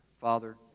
father